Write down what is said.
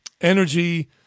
energy